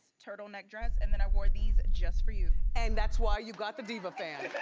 turtleneck dress, and then i wore these just for you. and that's why you got the diva fan.